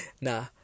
Nah